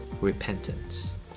repentance